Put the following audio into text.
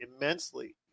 immensely